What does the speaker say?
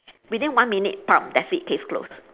within one minute part that's it case closed